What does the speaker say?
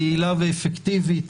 יעילה ואפקטיבית